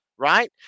right